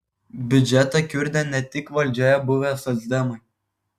biudžetą kiurdė ne tik valdžioje buvę socdemai